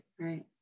Right